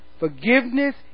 Forgiveness